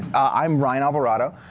i'm ryan alvarado.